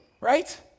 right